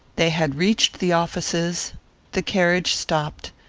they had reached the offices the carriage stopped,